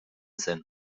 zen